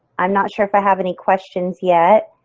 i'm not sure if i have any questions yet.